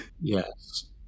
Yes